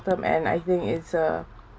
term and I think it's uh